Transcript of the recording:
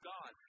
God